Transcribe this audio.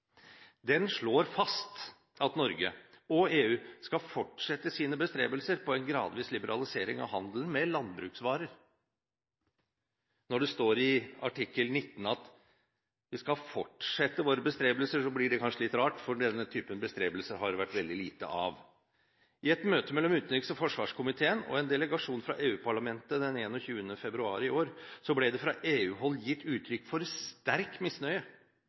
Den slår fast at Norge og EU skal fortsette sine bestrebelser på en gradvis liberalisering av handelen med landbruksvarer. Når det står i artikkel 19 at vi skal fortsette våre bestrebelser, blir det kanskje litt rart, for denne typen bestrebelser har det vært veldig lite av. I et møte mellom utenriks- og forsvarskomiteen og en delegasjon fra EU-parlamentet den 21. februar i år ble det fra EU-hold gitt uttrykk for sterk misnøye